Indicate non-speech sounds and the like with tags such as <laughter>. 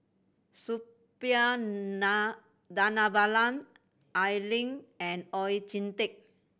Suppiah <unintelligible> Dhanabalan Al Lim and Oon Jin Teik